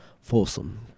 Folsom